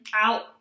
Out